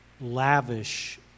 lavish